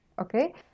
Okay